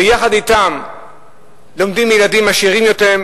ויחד אתם לומדים ילדים עשירים יותר,